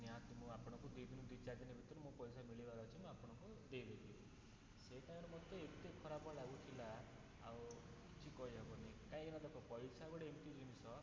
ନିହାତି ମୁଁ ଆପଣଙ୍କୁ ଦୁଇ ଦିନ ଦୁଇ ଚାରି ଦିନ ଭିତରେ ମୋ ପଇସା ମିଳିବାର ଅଛି ମୁଁ ଆପଣଙ୍କୁ ଦେଇଦେବି ସେଇ ଟାଇମିଂରେ ମୋତେ ଏତେ ଖରାପ ଲାଗୁଥିଲା ଆଉ କିଛି କହିହେବନି କାହିଁକିନା ଦେଖ ପଇସା ଗୋଟେ ଏମତି ଜିନଷ